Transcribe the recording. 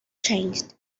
changed